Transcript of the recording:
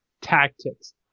tactics